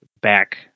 back